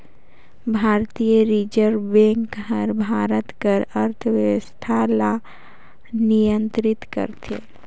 भारतीय reserve bank हर भारत कर अर्थबेवस्था ल नियंतरित करथे